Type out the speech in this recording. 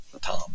Tom